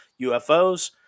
ufos